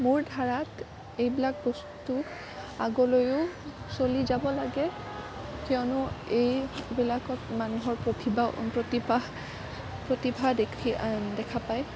মোৰ ধাৰাক এইবিলাক বস্তু আগলৈও চলি যাব লাগে কিয়নো এইবিলাকত মানুহৰ প্ৰতিবা প্ৰতিভা প্ৰতিভা দেখি দেখা পায়